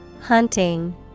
Hunting